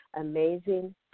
amazing